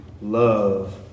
love